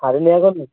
পারেননি এখনও